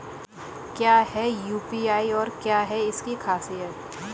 क्या है यू.पी.आई और क्या है इसकी खासियत?